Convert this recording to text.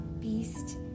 Beast